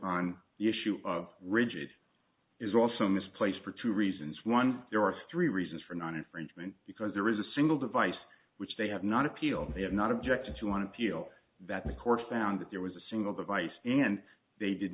on the issue of rigid is also misplaced for two reasons one there are three reasons for not infringement because there is a single device which they have not appealed they have not objected to want to feel that the court found that there was a single device and they did